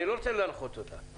אני לא רוצה להנחות אותה.